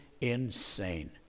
insane